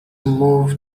move